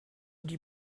die